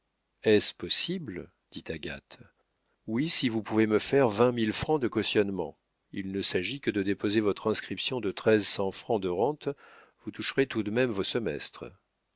est-ce possible dit agathe oui si vous pouvez me faire vingt mille francs de cautionnement il ne s'agit que de déposer votre inscription de treize cents francs de rente vous toucherez tout de même vos semestres